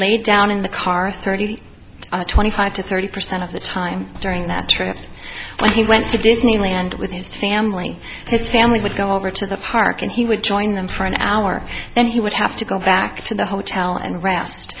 lay down in the car thirty twenty five to thirty percent of the time during that trip so when he went to disneyland with his family his family would go over to the park and he would join them for an hour and he would have to go back to the hotel and r